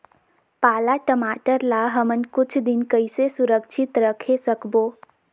पाला टमाटर ला हमन कुछ दिन कइसे सुरक्षित रखे सकबो?